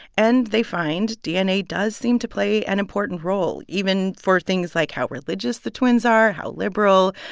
and they find dna does seem to play an important role, even for things like how religious the twins are, how liberal,